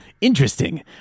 Interesting